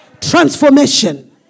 Transformation